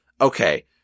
Okay